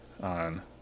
on